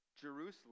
Jerusalem